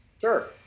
Sure